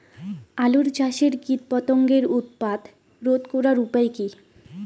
আলু চাষের কীটপতঙ্গের উৎপাত রোধ করার উপায় কী?